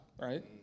right